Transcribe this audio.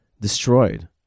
destroyed